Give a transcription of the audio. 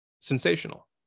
sensational